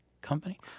company